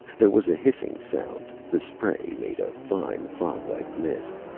there was a hissing sound. the spray made a fine, foglike mist.